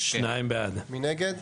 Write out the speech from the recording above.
מי נגד?